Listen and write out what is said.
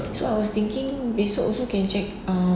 so I was thinking besok also can check uh